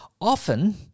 often